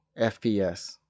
FPS